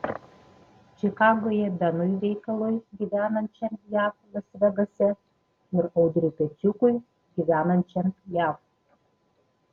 čikagoje benui veikalui gyvenančiam jav las vegase ir audriui pečiukui gyvenančiam jav